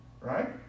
Right